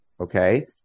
Okay